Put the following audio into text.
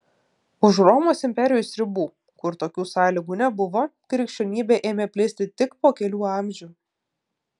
už romos imperijos ribų kur tokių sąlygų nebuvo krikščionybė ėmė plisti tik po kelių amžių